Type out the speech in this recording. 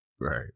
Right